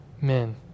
men